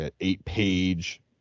eight-page